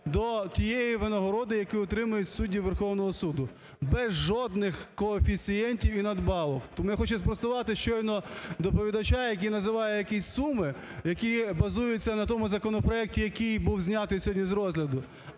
до тієї винагороди, яку отримують судді Верховного Суду без жодних коефіцієнтів і надбавок. Тому я хочу спростувати щойно доповідача, який називає якісь суми, які базуються на тому законопроекті, який був знятий сьогодні з розгляду,